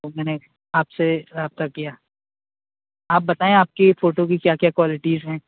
تو میں نے آپ سے رابطہ کیا آپ بتائیں آپ کی فوٹو کی کیا کیا کوالٹیز ہیں